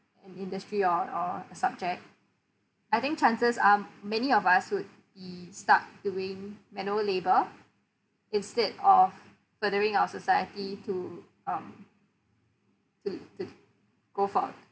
an industry or or subject I think chances are many of us would be stuck doing manual labour instead of furthering our society to um to to go for